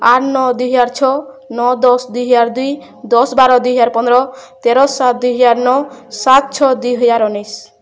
ଆଠ ନଅ ଦୁଇହଜାର ଛଅ ନଅ ଦଶ ଦୁଇହଜାର ଦୁଇ ଦଶ ବାର ଦୁଇହଜାର ପନ୍ଦର ତେର ସାତ ଦୁଇହଜାର ନଅ ସାତ ଛଅ ଦୁଇହଜାର ଉଣେଇଶି